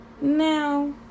now